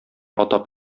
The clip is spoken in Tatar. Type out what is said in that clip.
атап